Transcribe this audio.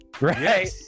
right